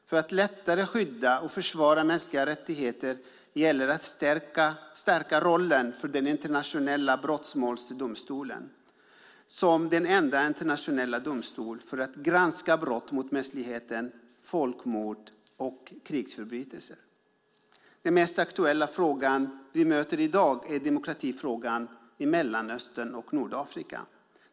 För att lättare skydda och försvara mänskliga rättigheter gäller att stärka rollen för den internationella brottmålsdomstolen som den enda internationella domstolen för att granska brott mot mänskligheten, folkmord och krigsförbrytelser. Den mest aktuella fråga vi möter i dag är frågan om demokrati i Mellanöstern och Nordafrika.